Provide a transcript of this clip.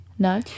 No